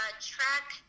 Track